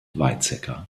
weizsäcker